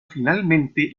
finalmente